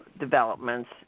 developments